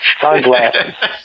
sunglasses